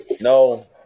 No